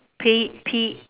P P